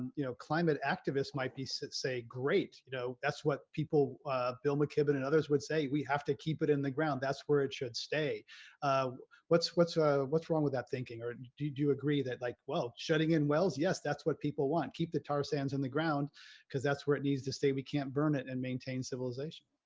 you know climate activists might be so say great you know, that's what people bill mckibben and others would say we have to keep it in the ground. that's where it should stay ah what's what's ah what's wrong with that thinking or do you agree that like well shutting in wells yes, that's what people want keep the tar sands on the ground because that's where it needs to stay. we can't burn it and maintain civilization